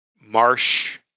marsh